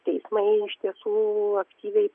teismai iš tiesų aktyviai